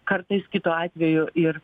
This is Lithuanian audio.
kartais kitu atveju ir